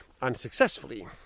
unsuccessfully